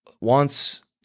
wants